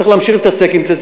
צריך להמשיך להתעסק עם זה.